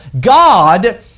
God